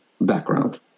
background